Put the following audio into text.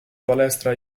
palestra